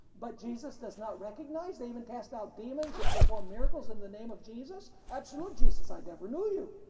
but jesus does not recognize? they even cast out demons and perform miracles in the name of jesus, absolutely. jesus says, i never knew you.